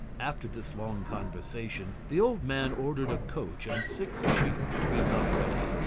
after this long conversation the old man ordered a coach and six sheep to be got ready,